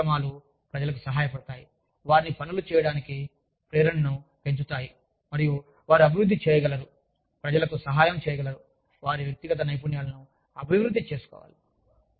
కొన్ని కార్యక్రమాలు ప్రజలకు సహాయపడతాయి వారిని పనులు చేయడానికి ప్రేరణను పెంచుతాయి మరియు వారు అభివృద్ధి చేయగలరు ప్రజలకు సహాయం చేయగలరు వారి వ్యక్తిగత నైపుణ్యాలను అభివృద్ధి చేసుకోవాలి